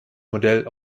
modell